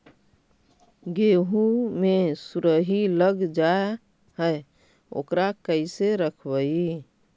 गेहू मे सुरही लग जाय है ओकरा कैसे रखबइ?